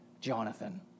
Jonathan